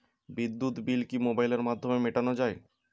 বিদ্যুৎ বিল কি মোবাইলের মাধ্যমে মেটানো য়ায়?